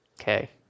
Okay